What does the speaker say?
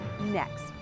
next